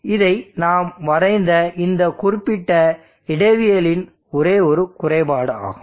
இது நாம் வரைந்த இந்த குறிப்பிட்ட இடவியலின் ஒரே ஒரு குறைபாடு ஆகும்